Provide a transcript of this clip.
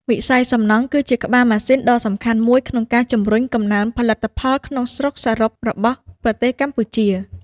វិស័យសំណង់គឺជាក្បាលម៉ាស៊ីនដ៏សំខាន់មួយក្នុងការជំរុញកំណើនផលិតផលក្នុងស្រុកសរុបរបស់ប្រទេសកម្ពុជា។